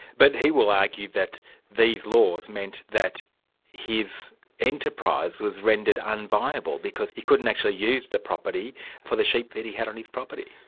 but he will argue that these laws meant that his enterprise was rendered unviable, because he couldn't actually use the property for the sheep that he had on his property.